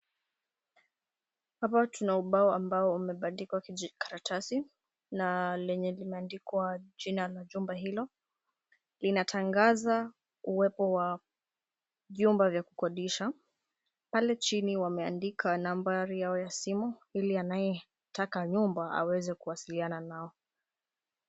Hapa tuna ubao ambao umebandikwa kijikaratasi na lenye limeandikwa jina la jumba hilo; linatangaza uwepo wa vyumba vya kukodisha. Pale chini wameandika nambari yao ya simu ili anayetaka nyumba aweze kuwasiliana nao.